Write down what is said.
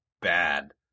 bad